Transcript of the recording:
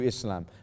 Islam